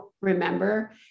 remember